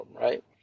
right